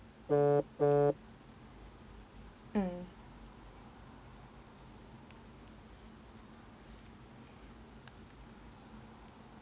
mm